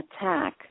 attack